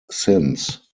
since